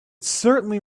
certainly